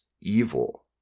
evil